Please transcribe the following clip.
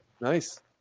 Nice